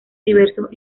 diversos